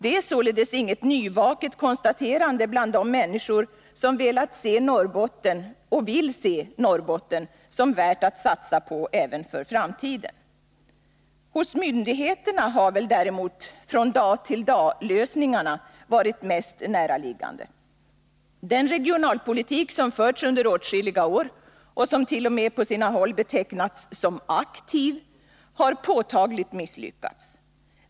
Det är således inget nyvaket konstaterande bland de människor som velat se — och vill se — Norrbotten som värt att satsa på även för framtiden. Hos myndigheterna har väl däremot ”från-dag-till-daglösningarna” varit mest näraliggande. Den regionalpolitik som förts under åtskilliga år och somt.o.m. på sina håll betecknats som ”aktiv” har påtagligt misslyckats.